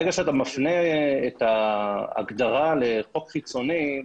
ברגע שאתה מפנה את ההגדרה לחוק חיצוני,